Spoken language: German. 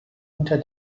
unter